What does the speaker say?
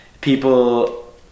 people